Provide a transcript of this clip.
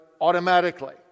automatically